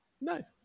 no